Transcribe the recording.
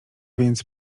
więc